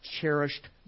Cherished